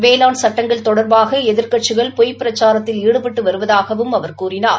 வேளாண் சட்டங்கள் தொடர்பாக எதிர்க்கட்சிகள் பொய்ப்பிரச்சாரத்தில் ஈடுபட்டு வருவதாகவும் அவர் கூறினார்